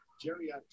Jerry